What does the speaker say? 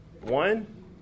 One